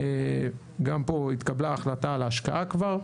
גם פה התקבלה החלטה להשקעה כבר.